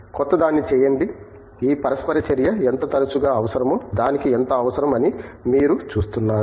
క్రొత్తదాన్ని చేయండి ఈ పరస్పర చర్య ఎంత తరచుగా అవసరమో దానికి ఎంత అవసరం అని మీరు చూస్తున్నారు